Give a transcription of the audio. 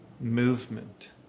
movement